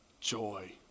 joy